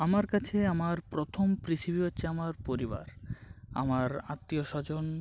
আমার কাছে আমার প্রথম পৃথিবী হচ্চে আমার পরিবার আমার আত্মীয় স্বজন